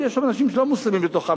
ויש אנשים לא מוסלמים בתוכן,